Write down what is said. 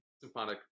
symphonic